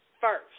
first